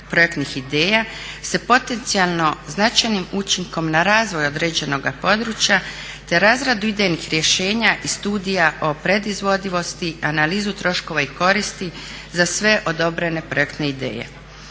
projektnih ideja sa potencijalno značajnim učinkom na razvoj određenoga područja, te razradu idejnih rješenja i studija o predizvodivosti, analizu troškova i koristi za sve odobrene projekte ideje.